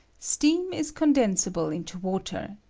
steam is condensible into water,